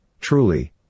Truly